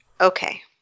okay